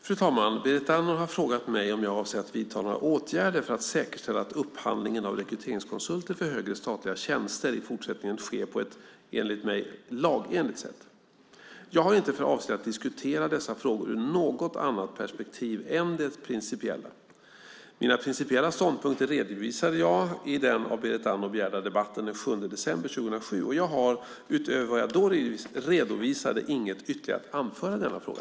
Fru talman! Berit Andnor har frågat mig om jag avser att vidta några åtgärder för att säkerställa att upphandlingen av rekryteringskonsulter för högre statliga tjänster i fortsättningen sker på ett, enligt mig, lagenligt sätt. Jag har inte för avsikt att diskutera dessa frågor ur något annat perspektiv än det principiella. Mina principiella ståndpunkter redovisade jag i den av Berit Andnor begärda debatten den 7 december 2007, och jag har, utöver vad jag då redovisade, inget ytterligare att anföra i denna fråga.